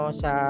sa